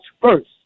first